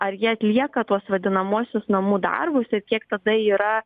ar jie atlieka tuos vadinamuosius namų darbus ir kiek tada yra